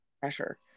pressure